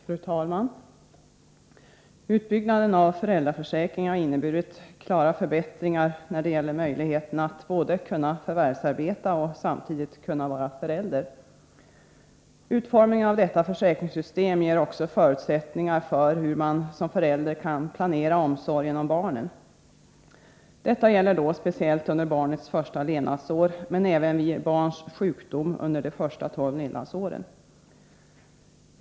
Fru talman! Utbyggnaden av föräldraförsäkringen har inneburit klara förbättringar när det gäller möjligheten att både kunna förvärvsarbeta och samtidigt kunna vara förälder. Utformningen av detta försäkringssystem ger också förutsättningar för hur man som förälder kan planera omsorgen om barnen. Detta gäller då speciellt under barnets första levnadsår men även vid barns sjukdom under de första tolv levnadsåren.